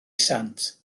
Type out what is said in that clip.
sant